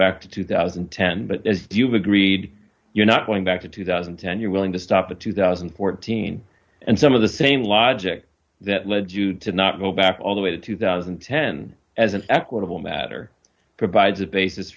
back to two thousand and ten but as you've agreed you're not going back to two thousand and ten you're willing to stop the two thousand and fourteen and some of the same logic that led you to not go back all the way to two thousand and ten as an equitable matter provides a basis